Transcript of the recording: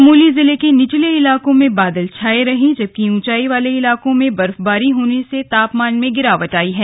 चमोली जिले के निचले इलाकों में बादल छाए रहे जबकि ऊंचाई वाले इलाकों में बर्फबारी होने से तापमान मे गिरावट आई है